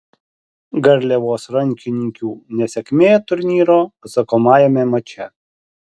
garliavos rankininkių nesėkmė turnyro atsakomajame mače